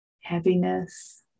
heaviness